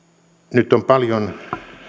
nyt on paljon